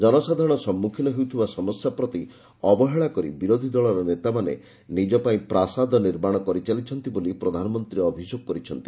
ଜନସାଧାରଣ ସମ୍ମୁଖୀନ ହେଉଥିବା ସମସ୍ୟା ପ୍ରତି ଅବହେଳା କରି ବିରୋଧୀଦଳର ନେତାମାନେ ନିଜ ପାଇଁ ପ୍ରାସାଦ ନିର୍ମାଣ କରିଚାଲିଛନ୍ତି ବୋଲି ପ୍ରଧାନମନ୍ତ୍ରୀ ଅଭିଯୋଗ କରିଛନ୍ତି